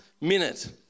minute